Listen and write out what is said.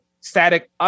static